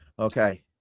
Okay